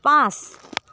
পাঁচ